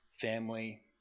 family